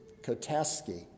Kotaski